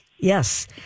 Yes